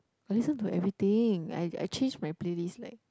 I listen to everything I I change my play list like